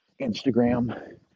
Instagram